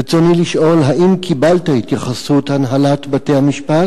רצוני לשאול: 1. האם קיבלת התייחסות הנהלת בתי-המשפט?